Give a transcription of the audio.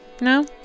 No